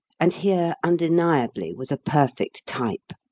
and here undeniably was a perfect type,